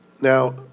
Now